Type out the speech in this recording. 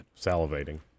Salivating